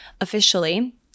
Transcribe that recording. officially